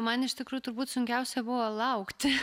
man iš tikrųjų turbūt sunkiausia buvo laukti